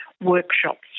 workshops